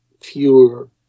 fewer